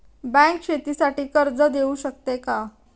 Bank शेतीसाठी कर्ज देऊ शकते का?